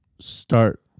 Start